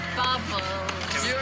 bubbles